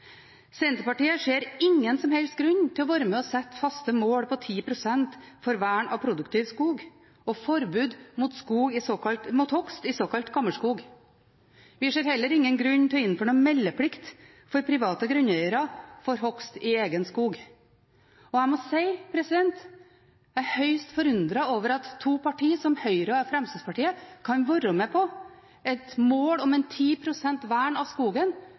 Senterpartiet ser ingen som helst grunn til å være med på å sette faste mål på 10 pst. for vern av produktiv skog og forbud mot hogst i såkalt gammelskog. Vi ser heller ingen grunn til å innføre noen meldeplikt for private grunneiere for hogst i egen skog. Jeg må si at jeg er høyst forundret over at partier som Høyre og Fremskrittspartiet kan være med på et mål om 10 pst. vern av skogen